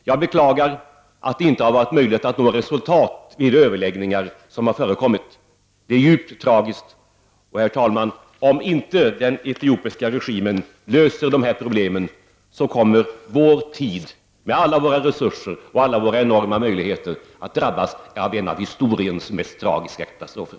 Jag beklagar att det inte har varit möjligt att nå resultat vid de överläggningar som har förekommit. Det är djupt tragiskt, och, herr talman, om den etiopiska regimen inte löser dessa problem kommer vår tid med alla våra resurser och alla våra enorma möjligheter att drabbas av en av historiens mest tragiska katastrofer.